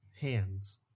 hands